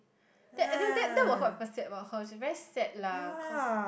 that I think that that was what people said about her she very sad lah cause